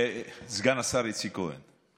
סגן השר איציק כהן.